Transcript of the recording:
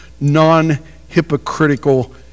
non-hypocritical